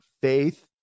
faith